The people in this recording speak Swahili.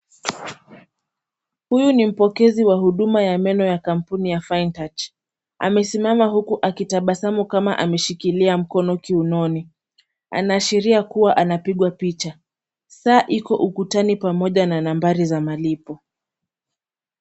Huyu ni mpokezi wa huduma ya meno ya kampuni ya Fine Touch . Amesimama huku akitabasamu kama ameshikilia mkono kiunoni. Anaashiria kuwa anapigwa picha. Saa iko ukutani pamoja na nambari za malipo.